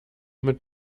mit